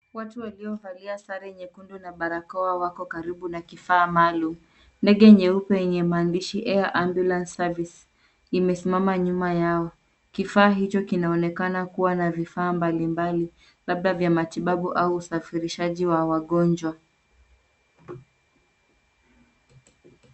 Watu waliovalia sare nyekundu na barakoa wako karibu na kifaa maalum. Ndege nyeupe yenye maandishi Air Ambulance service imesimama nyuma yao. Kifaa hicho kinaonekana kuwa na vifaa mbalimbali labda vya matibabu au usafirishaji wa wagonjwa.